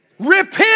repent